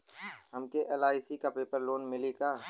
हमके एल.आई.सी के पेपर पर लोन मिली का?